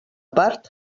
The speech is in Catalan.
part